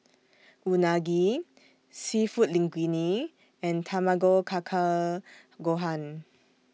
Unagi Seafood Linguine and Tamago Kake Gohan